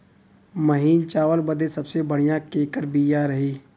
महीन चावल बदे सबसे बढ़िया केकर बिया रही?